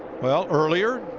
well, earlier.